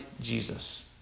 Jesus